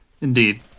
Indeed